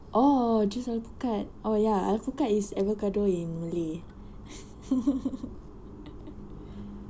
oh juice alpukat oh ya alpukat is avocado in malay